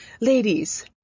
ladies